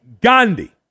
Gandhi